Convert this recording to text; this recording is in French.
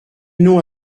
nom